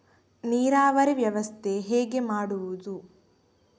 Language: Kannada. ನೀರಾವರಿ ವ್ಯವಸ್ಥೆ ಹೇಗೆ ಮಾಡುವುದು?